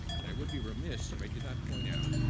and i would be remiss if i did not point out,